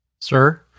Sir